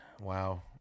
Wow